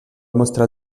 mostrar